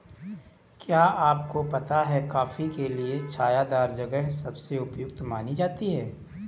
क्या आपको पता है कॉफ़ी के लिए छायादार जगह सबसे उपयुक्त मानी जाती है?